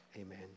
Amen